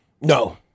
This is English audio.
No